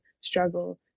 struggle